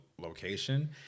location